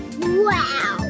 Wow